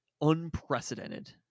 unprecedented